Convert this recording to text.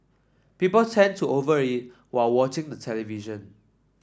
people tend to over eat while watching the television